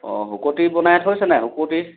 অঁ শুকতি বনাই থৈছে নে শুকতি